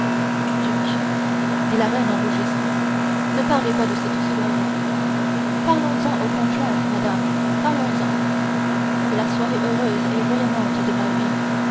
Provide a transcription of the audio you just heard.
dit la reine en rougissant ne parlez pas de cette soirée oh parlons-en au contraire madame parlons-en c'est la soirée heureuse et rayonnante de ma vie